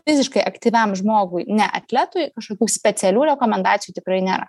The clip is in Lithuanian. fiziškai aktyviam žmogui ne atletui kažkokių specialių rekomendacijų tikrai nėra